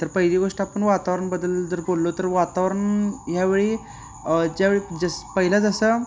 तर पहिली गोष्ट आपण वातावरणाबद्दल जर बोललो तर वातावरण ह्यावेळी ज्यावेळी जस पहिला जसं